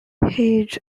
his